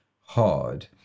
hard